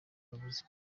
kabuza